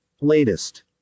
latest